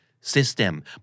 system